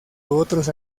otros